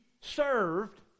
served